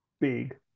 big